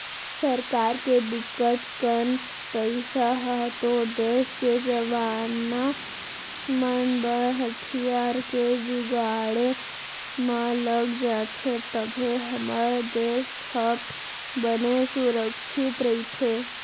सरकार के बिकट कन पइसा ह तो देस के जवाना मन बर हथियार के जुगाड़े म लग जाथे तभे हमर देस ह बने सुरक्छित रहिथे